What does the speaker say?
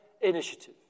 initiative